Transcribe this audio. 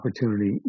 opportunity